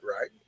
right